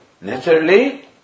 naturally